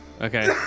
okay